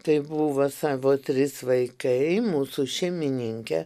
tai buvo savo trys vaikai mūsų šeimininkė